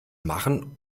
machen